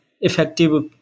effective